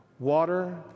Water